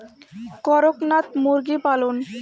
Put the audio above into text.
করকনাথ মুরগি পালন?